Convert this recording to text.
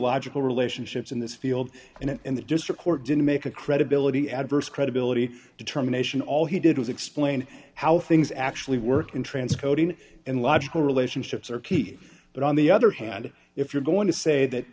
logical relationships in this field and in the district court didn't make a credibility adverse credibility determination all he did was explain how things actually work in transcoding and logical relationships are key but on the other hand if you're going to say that